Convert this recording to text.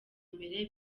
mbere